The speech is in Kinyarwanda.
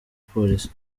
polisi